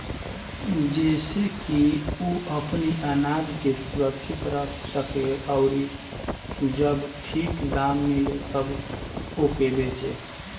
जेसे की उ अपनी आनाज के सुरक्षित रख सके अउरी जब ठीक दाम मिले तब ओके बेचे